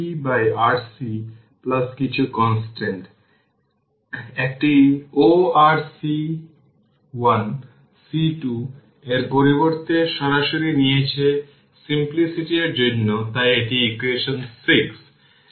সুতরাং চিত্র 65 থেকে vx পেতে ভোল্টেজ ডিভিশনটি ব্যবহার করুন